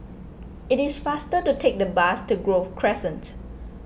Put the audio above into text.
it is faster to take the bus to Grove Crescent